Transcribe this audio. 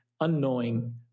unknowing